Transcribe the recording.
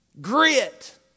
grit